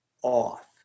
Off